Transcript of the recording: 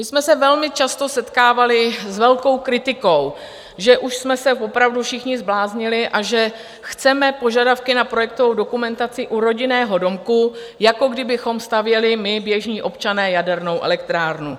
My jsme se velmi často setkávali s velkou kritikou, že už jsme se opravdu všichni zbláznili a že chceme požadavky na projektovou dokumentaci u rodinného domku, jako kdybychom stavěli, my, běžní občané, jadernou elektrárnu.